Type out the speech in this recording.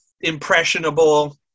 impressionable